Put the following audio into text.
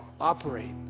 operate